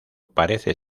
parece